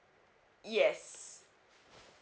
yes